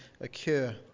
occur